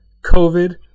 COVID